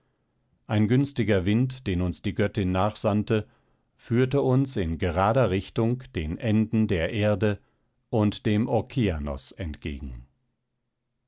ein günstiger wind den uns die göttin nachsandte führte uns in gerader richtung den enden der erde und dem okeanos entgegen